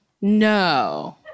No